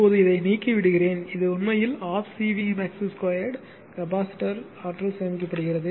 இப்போது இதை நீக்கி விடுகிறேன் இது உண்மையில் 12 சி வி max 2 கெபாசிட்டர்ல் ஆற்றல் சேமிக்கப்படுகிறது